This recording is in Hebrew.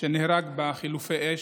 שנהרג בחילופי האש.